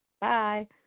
Bye